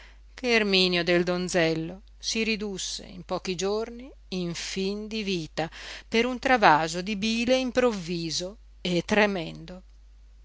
erminio del donzello si ridusse in pochi giorni in fin di vita per un travaso di bile improvviso e tremendo